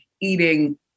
eating